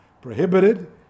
prohibited